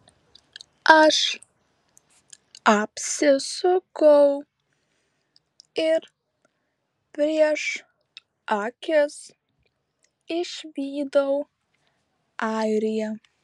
aš apsisukau ir prieš akis išvydau airiją